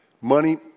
Money